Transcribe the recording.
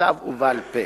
בכתב ובעל-פה.